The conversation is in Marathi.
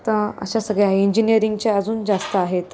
तर अशा सगळ्या आहे इंजिनिअरिंगच्या अजून जास्त आहेत